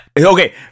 Okay